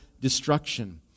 destruction